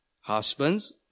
Husbands